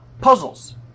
puzzles